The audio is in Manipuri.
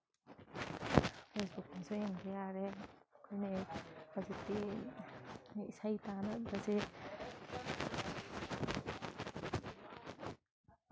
ꯐꯦꯁꯕꯨꯛꯇꯁꯨ ꯌꯦꯡꯕ ꯌꯥꯔꯦ ꯑꯩꯈꯣꯏꯅ ꯍꯧꯖꯤꯛꯇꯤ ꯏꯁꯩ ꯇꯥꯅꯕꯁꯤ